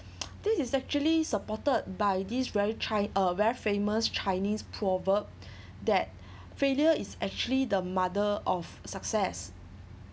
this is actually supported by this very chi~ a very famous chinese proverb that failure is actually the mother of success